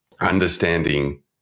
understanding